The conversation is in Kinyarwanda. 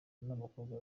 n’abakobwa